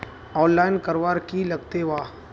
Online करवार की लगते वा?